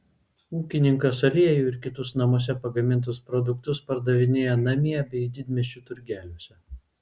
ūkininkas aliejų ir kitus namuose pagamintus produktus pardavinėja namie bei didmiesčių turgeliuose